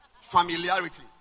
Familiarity